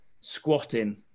squatting